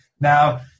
Now